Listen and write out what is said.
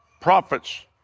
prophets